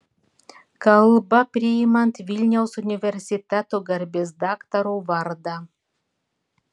kalba priimant vilniaus universiteto garbės daktaro vardą